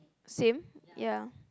same ya